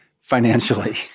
financially